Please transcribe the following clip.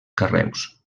carreus